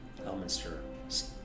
Elminster